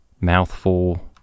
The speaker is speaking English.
mouthful